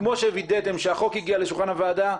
כמו שווידאתם שהחוק הגיע לשולחן הוועדה,